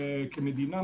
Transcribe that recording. כמדינה,